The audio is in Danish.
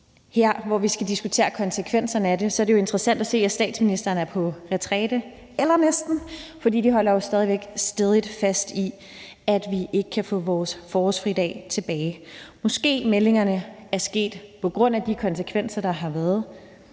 her, hvor vi skal diskutere konsekvenserne af det, er det jo interessant at se, at statsministeren er på retræte, eller næsten, for man holder jo stadig væk fast i, at vi ikke kan få vores forårsfridag tilbage. Måske er meldingerne kommet på grund af de konsekvenser, der har været,